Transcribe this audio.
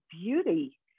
beauty